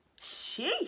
sheesh